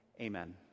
Amen